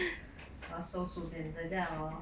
我要收住先等下 hor